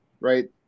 right